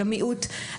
למיעוט,